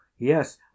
Yes